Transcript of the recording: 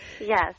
Yes